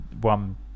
one